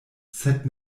sed